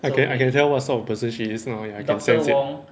I can I can tell what sort of person she is now ya I can sense it